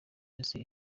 isi